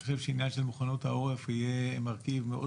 אני חושב שעניין של מוכנות העורף יהיה מרכיב מאוד